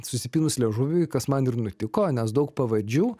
susipynus liežuviui kas man ir nutiko nes daug pavadžių